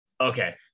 okay